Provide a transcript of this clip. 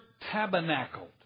tabernacled